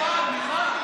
בעד רות וסרמן לנדה,